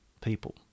people